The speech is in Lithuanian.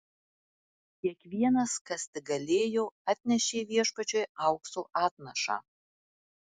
kiekvienas kas tik galėjo atnešė viešpačiui aukso atnašą